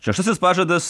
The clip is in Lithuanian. šeštasis pažadas